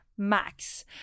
max